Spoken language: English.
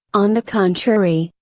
on the contrary,